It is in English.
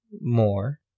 more